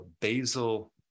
basal